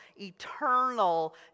eternal